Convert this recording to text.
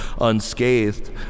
unscathed